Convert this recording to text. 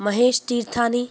Mahesh Tirthani